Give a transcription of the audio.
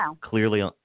clearly